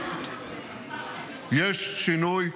יש שינוי,